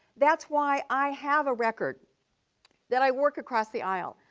that's why i have a record that i work across the aisle.